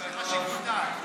יש לך שיקול דעת.